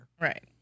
Right